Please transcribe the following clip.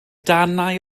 darnau